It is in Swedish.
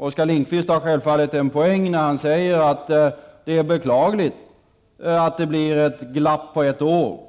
Oskar Lindkvist har självfallet en poäng när han säger att det är beklagligt att det blir ett glapp på ett år.